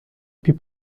più